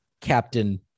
Captain